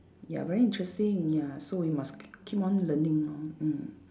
ya very interesting ya so you must k~ keep on learning lor mm